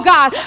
God